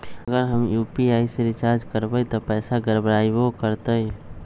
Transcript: अगर हम यू.पी.आई से रिचार्ज करबै त पैसा गड़बड़ाई वो करतई?